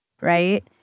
right